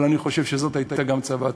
אבל אני חושב שזאת הייתה גם צוואתו.